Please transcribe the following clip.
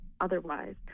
otherwise